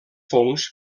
fongs